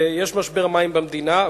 ויש משבר מים במדינה.